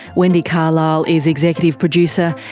wendy carlisle is executive producer.